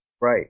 Right